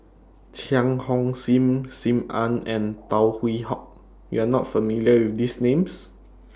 Cheang Hong SIM SIM Ann and Tan Hwee Hock YOU Are not familiar with These Names